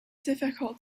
difficult